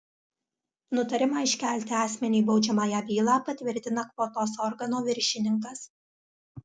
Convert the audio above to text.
nutarimą iškelti asmeniui baudžiamąją bylą patvirtina kvotos organo viršininkas